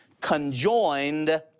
conjoined